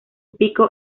pico